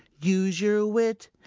use your wit!